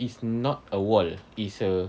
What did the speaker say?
is not a wall it's a